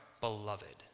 beloved